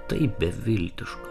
tai beviltiška